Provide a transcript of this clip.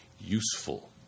useful